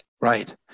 Right